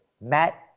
Matt